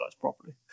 properly